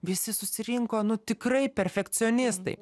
visi susirinko nu tikrai perfekcionistai